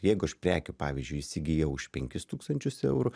jeigu aš prekių pavyzdžiui įsigijau už penkis tūkstančius eurų